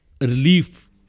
relief